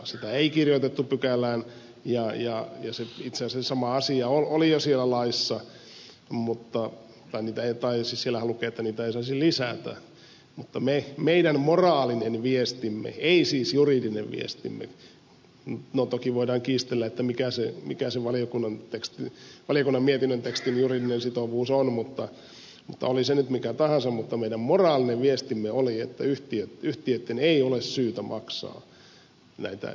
sitä ei kirjoitettu pykälään ja itse asiassa sama asia oli jo laissa tai siellähän siis lukee että niitä ei saisi lisätä mutta meidän moraalinen viestimme ei siis juridinen viestimme no toki voidaan kiistellä mikä se valiokunnan mietinnön tekstin juridinen sitovuus on oli se nyt mikä tahansa mutta meidän moraalinen viestimme oli että yhtiöiden ei ole syytä maksaa näitä hyvityksiä